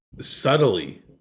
subtly